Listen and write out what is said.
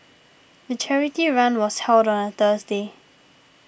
the charity run was held on a Thursday